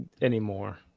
anymore